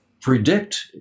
predict